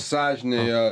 sąžinė jo